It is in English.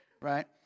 right